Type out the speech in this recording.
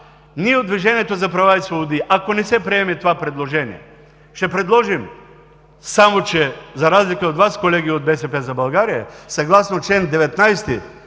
ние от Движението за права и свободи, ако не се приеме това предложение, ще предложим, за разлика от Вас, колеги от „БСП за България“, съгласно чл. 19